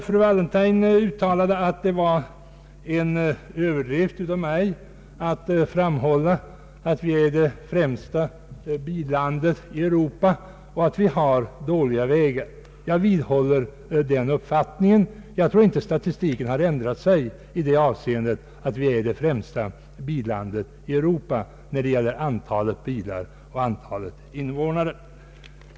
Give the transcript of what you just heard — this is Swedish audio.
Fru Wallentheim påstod att jag överdrev när jag framhöll att Sverige är det främsta billandet i Europa och att vi har dåliga vägar. Jag vidhåller den uppfattningen. Jag tror inte att statistiken ändrat sig i det avseendet. Vi är nog fortfarande det främsta billandet i Europa när det gäller antalet bilar i förhållande till antalet invånare.